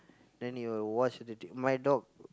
then he will watch my dog